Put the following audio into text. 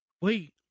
wait